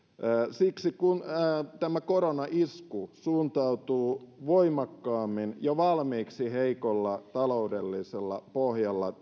siksi tämä koronaisku suuntautuu voimakkaammin jo valmiiksi heikolla taloudellisella pohjalla